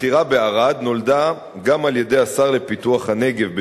הבחירה בערד נולדה גם על-ידי השר לפיתוח הנגב,